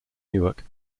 newark